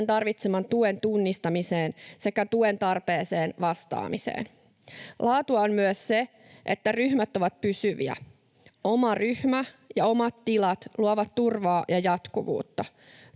tarvitseman tuen tunnistamiseen sekä tuen tarpeeseen vastaamiseen. Laatua on myös se, että ryhmät ovat pysyviä. Oma ryhmä ja omat tilat luovat turvaa ja jatkuvuutta.